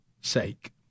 sake